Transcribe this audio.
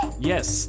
Yes